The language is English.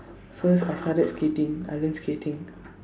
first I started skating I learned skating